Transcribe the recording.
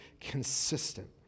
consistent